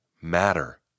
matter